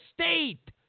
state